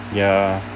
ya